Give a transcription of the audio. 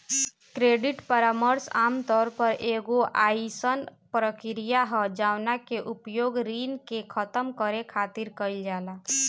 credit परामर्श आमतौर पर एगो अयीसन प्रक्रिया ह जवना के उपयोग ऋण के खतम करे खातिर कईल जाला